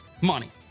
money